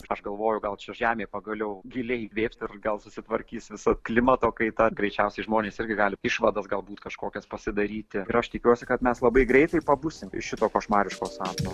aš galvoju gal čia žemė pagaliau giliai įkvėps ir gal susitvarkys visa klimato kaita greičiausiai žmonės irgi gali išvadas galbūt kažkokias pasidaryti ir aš tikiuosi kad mes labai greitai pabusim iš šito košmariško sapno